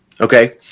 Okay